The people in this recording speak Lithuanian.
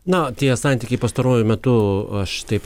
na tie santykiai pastaruoju metu aš taip